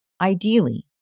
Ideally